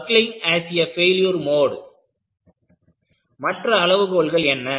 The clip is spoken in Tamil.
buckling as a failure mode மற்ற அளவுகோல்கள் என்ன